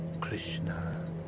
Krishna